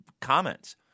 comments